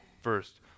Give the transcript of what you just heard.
First